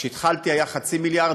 כשהתחלתי היה 0.5 מיליארד,